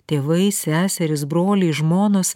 tėvai seserys broliai žmonos